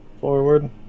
forward